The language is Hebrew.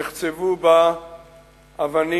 נחצבו בה אבנים